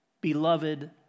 beloved